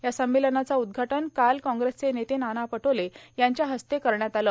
या संमेलनाचं उद्घाटन काल कॉग्रेस नेते नाना पटोले यांच्या हस्ते झालं